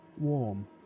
warm